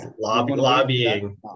Lobbying